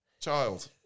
child